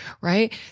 right